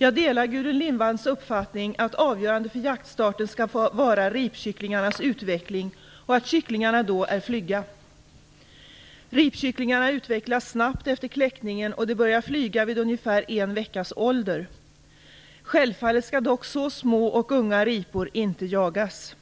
Jag delar Gudrun Lindvalls uppfattning att avgörande för jaktstarten skall vara ripkycklingarnas utveckling och att kycklingarna då är flygga. Ripkycklingarna utvecklas snabbt efter kläckningen, och de börjar flyga vid ungefär en veckas ålder. Självfallet skall dock så små och unga ripor inte jagas.